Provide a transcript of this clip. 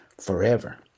forever